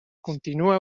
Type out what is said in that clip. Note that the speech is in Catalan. continua